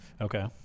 Okay